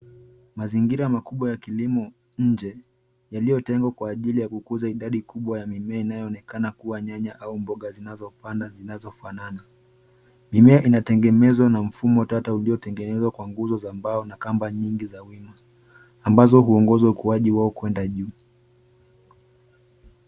Mazingira makubwa ya kilimo nje, yaliotengwa kwa ajili ya kukuza idadi kubwa ya mimea, inayoonekana kuwa nyanya, au mboga zinazopanda zinazofanana. Mimea inatengenezwa na mfumo wa tata uliotengenezwa kwa nguzo za mbao, na kamba nyingi za wima, ambazo huongoza ukuaji wao kwenda juu.